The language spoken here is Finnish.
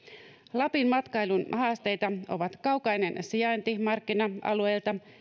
lapin matkailun haasteita ovat kaukainen sijainti markkina alueilta